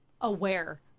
aware